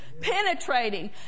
penetrating